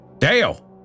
Dale